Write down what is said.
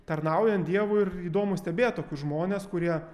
tarnaujant dievui ir įdomu stebėt tokius žmones kurie